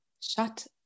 Shut